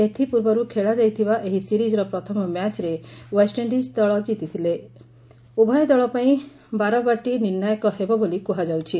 ଏଥ୍ପ୍ରର୍ବରୁ ଖେଳାଯାଇଥିବା ଏହି ସିରିଜ୍ର ପ୍ରଥମ ମ୍ୟାଚ୍ରେ ୱେଷ୍ଟଇଣ୍ଡିକ୍ ଦଳ ଜିତିଥିବାର୍ ଉଭୟ ଦଳ ପାଇଁ ବାରବାଟୀ ନିର୍ଣ୍ୱାୟକ ହେବ ବୋଲି କୁହାଯାଉଛି